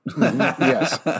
Yes